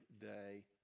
day